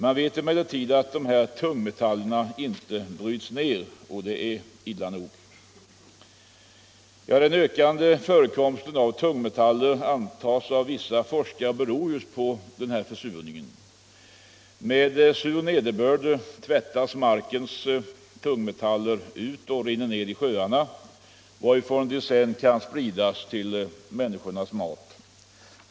Man vet dock att dessa tungmetaller inte bryts ner, och det är illa nog. Den ökande förekomsten av tungmetaller antas av vissa forskare bero på försurningen. Med sur nederbörd tvättas markens tungmetaller ut och rinner ner i sjöarna, varifrån de sedan kan spridas till människans mat.